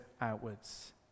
outwards